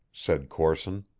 said corson.